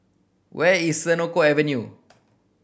where is Senoko Avenue